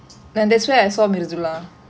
mmhmm